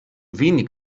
wenig